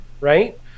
right